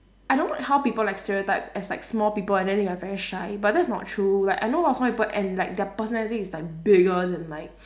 I don't like how people like stereotype as like small people and then they are very shy but that is not true like I know a lot of small people and like their personality is like bigger than like